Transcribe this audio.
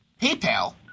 PayPal